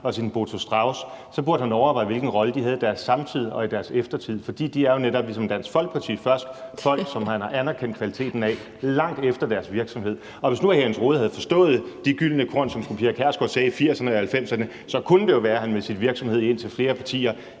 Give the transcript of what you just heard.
og Botho Strauss, burde han overveje, hvilken rolle de havde i deres samtid og i deres eftertid, for de er jo netop, ligesom Dansk Folkeparti, først folk, som han har anerkendt kvaliteten af langt efter deres virksomhed. Og hvis nu hr. Jens Rohde havde forstået de gyldne korn, som fru Pia Kjærsgaard sagde i 1980'erne og i 1990'erne, så kunne det jo være, at han med sin virksomhed i indtil flere partier